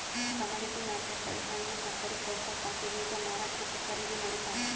commodity ಮಾರ್ಕೆಟ್ದಾಗ್ ಹಣ್ಣ್, ಸಕ್ಕರಿ, ಕೋಕೋ ಕಾಫೀ ಬೀಜ ಮಾರಾಟ್ ಮತ್ತ್ ಖರೀದಿ ನಡಿತಾವ್